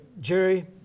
Jerry